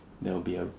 there will be a